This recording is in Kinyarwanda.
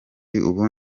ubu